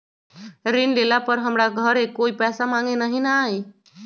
ऋण लेला पर हमरा घरे कोई पैसा मांगे नहीं न आई?